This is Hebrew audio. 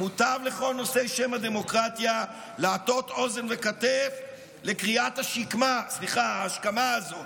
מוטב לכל נושאי שם הדמוקרטיה להטות אוזן וכתף לקריאת ההשכמה הזאת.